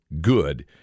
good